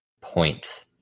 point